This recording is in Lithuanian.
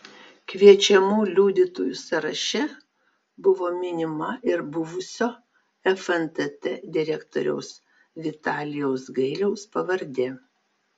kviečiamų liudytojų sąraše buvo minima ir buvusio fntt direktoriaus vitalijaus gailiaus pavardė